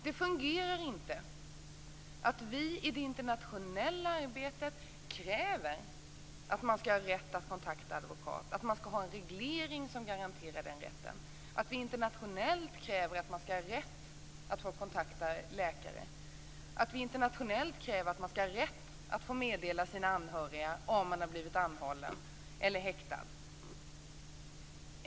Det fungerar inte att vi i det internationella arbetet kräver en reglering som garanterar rätten att kontakta advokat, rätten att kontakta läkare och rätten att meddela sina anhöriga om man har blivit anhållen eller häktad.